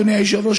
אדוני היושב-ראש,